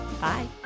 Bye